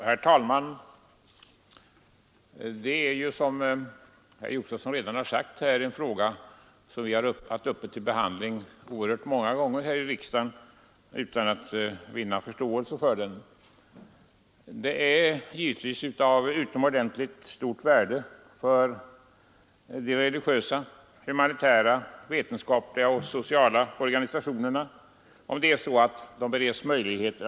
Herr talman! Detta är, som herr Josefson redan sagt, en fråga som vi aktualiserat många gånger här i riksdagen utan att vinna förståelse för den. Det är givetvis av utomordentligt stort värde för de religiösa, humanitära, vetenskapliga och sociala organisationerna att de bereds bra arbetsmöjligheter.